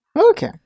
Okay